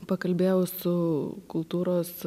pakalbėjau su kultūros